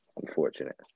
Unfortunate